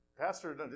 pastor